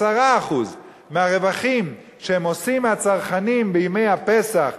10% מהרווחים שעושים מהצרכנים בימי הפסח,